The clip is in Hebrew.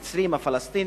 המצרים, הפלסטינים.